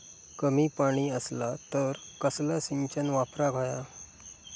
कमी पाणी असला तर कसला सिंचन वापराक होया?